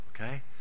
Okay